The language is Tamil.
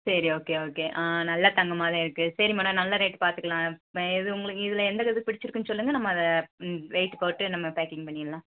சரி ஓகே ஓகே ஆ நல்ல தங்கமாக தான் இருக்குது சரி மேடம் நல்ல ரேட் பார்த்துக்கலாம் எது உங்களுக்கு இதில் எந்த இது பிடிச்சிருக்குன்னு சொல்லுங்க நம்ம அதை ம் வெயிட் போட்டு நம்ம பேக்கிங் பண்ணிடலாம்